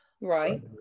Right